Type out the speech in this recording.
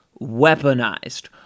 weaponized